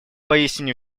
поистине